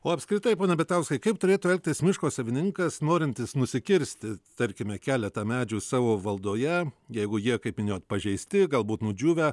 o apskritai pone bitauskai kaip turėtų elgtis miško savininkas norintis nusikirsti tarkime keletą medžių savo valdoje jeigu jie kaip minėjot pažeisti galbūt nudžiūvę